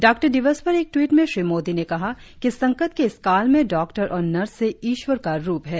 doctor दिवस पर एक ट्वीट में श्री मोदी ने कहा कि संकट के इस काल में डॉ और नर्सें ईश्वर का रूप है